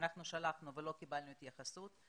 שלחנו ולא קיבלנו התייחסות.